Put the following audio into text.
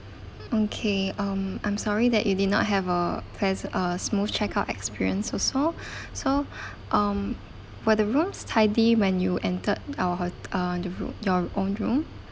okay um I'm sorry that you did not have a press uh smooth checkout experience also so um were the rooms tidy when you entered our hot~ uh the roo~ uh your own room